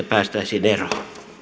päästäisiin eroon